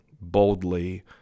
boldly